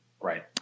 Right